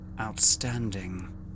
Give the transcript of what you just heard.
Outstanding